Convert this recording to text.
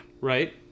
Right